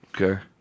Okay